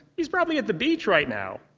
he's probably at the beach right now!